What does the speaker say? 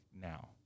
now